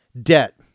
Debt